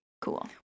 Cool